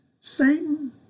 Satan